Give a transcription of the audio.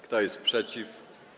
Kto jest przeciw?